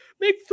make